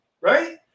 right